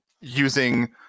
using